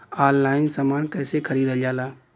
Online समान कैसे खरीदल जाला?